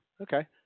Okay